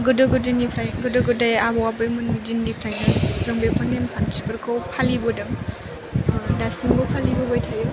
गोदो गोदानिफ्राय गोदो गोदाय आबौ आबैमोननि दिननिफ्रायनो जों बेफोर नेमखान्थिफोरखौ फालिबोदों दासिमबो फालिबोबाय थायो